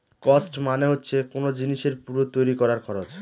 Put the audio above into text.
cost মানে হচ্ছে কোন জিনিসের পুরো তৈরী করার খরচ